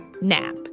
nap